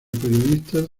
periodistas